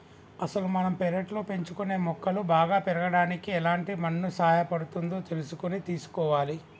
అసలు మనం పెర్లట్లో పెంచుకునే మొక్కలు బాగా పెరగడానికి ఎలాంటి మన్ను సహాయపడుతుందో తెలుసుకొని తీసుకోవాలి